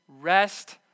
rest